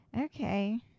Okay